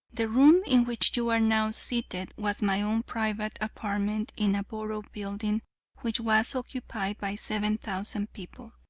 the room in which you are now seated was my own private apartment in a borough building which was occupied by seven thousand people.